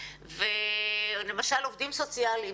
למשל, עובדים סוציאליים